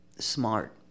smart